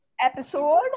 episode